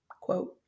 quote